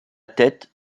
tête